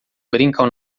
brincam